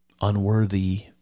unworthy